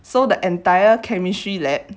so the entire chemistry lab